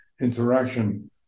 interaction